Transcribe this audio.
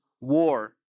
war